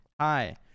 Hi